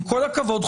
עם כל הכבוד,